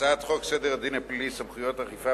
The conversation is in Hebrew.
הצעת חוק סדר הדין הפלילי (סמכויות אכיפה,